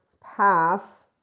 path